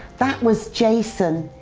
that was jason.